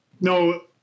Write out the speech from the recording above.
No